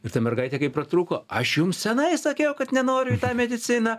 ir ta mergaitė kaip pratrūko aš jum senai sakiau kad nenoriu į tą mediciną